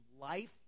life